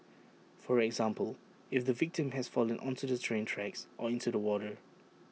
for example if the victim has fallen onto the train tracks or into the water